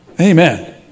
Amen